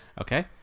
Okay